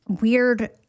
weird